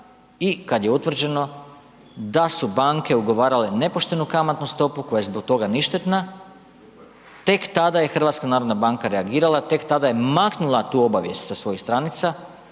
i kad je utvrđeno da su banke ugovarale nepoštenu kamatnu stopu koja je zbog toga ništetna, tek tada je HNB reagirala tek tada je maknula tu obavijest sa svojih stranica,